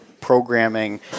programming